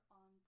on